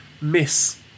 miss